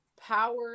power